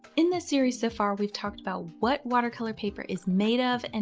in this series, so far we've talked about what watercolor paper is made of, and